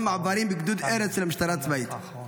מעברים לגדוד ארז של המשטרה הצבאית.